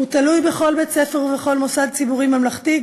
הוא תלוי בכל בית-ספר ובכל מוסד ציבורי ממלכתי,